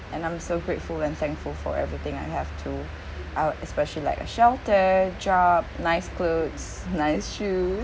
and I'm so grateful and thankful for everything I have to uh especially like a shelter job nice clothes nice shoes